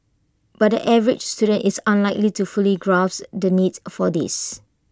but the average student is unlikely to fully grasp the needs for this